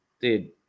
dude